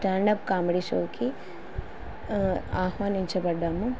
stand up comedy షోకి ఆహ్వానించబడ్డాము